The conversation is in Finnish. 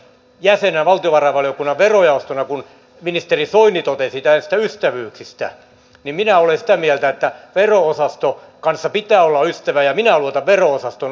minä valtiovarainvaliokunnan verojaoston jäsenenä kun ministeri soini totesi näistä ystävyyksistä olen sitä mieltä että vero osaston kanssa pitää olla ystävä ja minä luotan vero osaston asiantuntemukseen